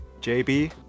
JB